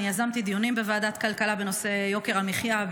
יזמתי דיונים בוועדת הכלכלה בנושא יוקר המחיה,